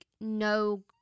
no